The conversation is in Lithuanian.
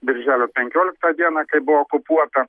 birželio penkioliktą dieną kai buvo okupuota